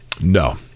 No